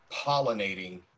pollinating